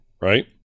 right